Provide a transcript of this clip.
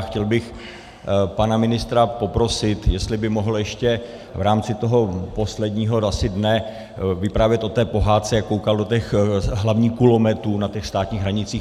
A chtěl bych pana ministra poprosit, jestli by mohl ještě v rámci toho posledního asi dne vyprávět o té pohádce, jak koukal do hlavní kulometů na těch státních hranicích.